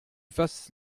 fasses